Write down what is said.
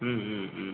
ம் ம் ம்